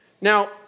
Now